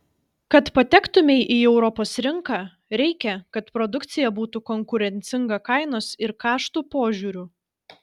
kad patektumei į europos rinką reikia kad produkcija būtų konkurencinga kainos ir kaštų požiūriu